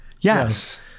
Yes